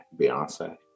Beyonce